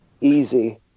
easy